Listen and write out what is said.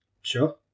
sure